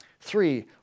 Three